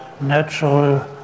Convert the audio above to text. natural